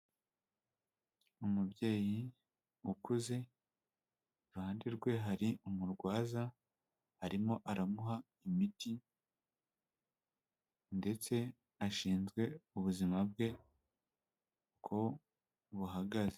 Umubyeyi ukuze iruhande rwe hari umurwaza arimo aramuha imiti ndetse ashinzwe ubuzima bwe ko buhagaze.